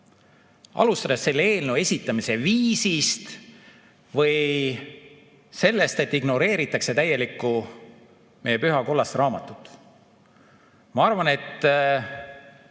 Alustades selle eelnõu esitamise viisist või sellest, et ignoreeritakse täielikult meie püha kollast raamatut. Ma arvan, et